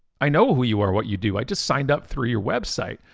i know who you are, what you do. i just signed up through your website.